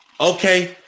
okay